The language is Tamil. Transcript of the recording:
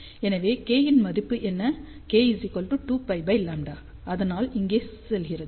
எனவே k இன் மதிப்பு என்ன k2πλ அதனால் இங்கே செல்கிறது